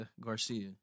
Garcia